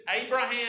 Abraham